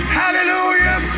hallelujah